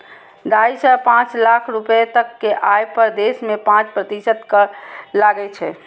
ढाइ सं पांच लाख रुपैया तक के आय पर देश मे पांच प्रतिशत कर लागै छै